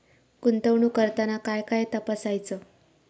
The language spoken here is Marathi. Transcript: गुंतवणूक करताना काय काय तपासायच?